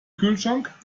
kühlschrank